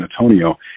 Antonio